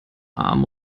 arm